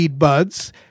Buds